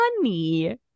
money